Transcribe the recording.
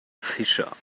fischer